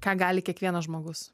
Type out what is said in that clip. ką gali kiekvienas žmogus